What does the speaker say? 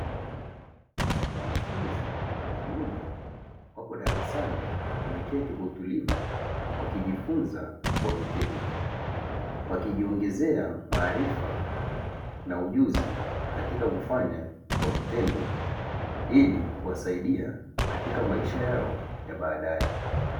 Wanafunzi wa kiume wapo darasa wameketi darasani wameketi kwa utulivu, wakijifunza kwa vitendo, wakijiongezea maarifa na ujuzi katika kufanya kwa vitendo, ilikuwasaidia katika maisha yao ya baadae.